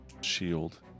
shield